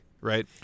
right